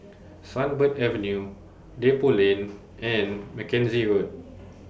Sunbird Avenue Depot Lane and Mackenzie Road